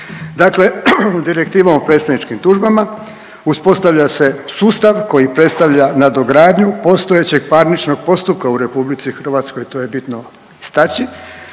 Dakle Direktivom o predstavničkim tužbama uspostavlja se sustav koji predstavlja nadogradnju postojećeg parničnog postupka u RH, to je bitno istaći,